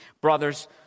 Brothers